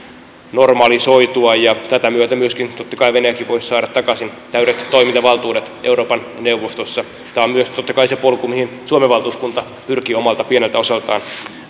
normalisoitua ja tätä myöten myöskin totta kai venäjäkin voisi saada takaisin täydet toimintavaltuudet euroopan neuvostossa tämä on myös totta kai se polku mihin suomen valtuuskunta pyrkii omalta pieneltä osaltaan